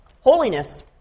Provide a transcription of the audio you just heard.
holiness